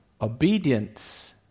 Obedience